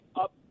up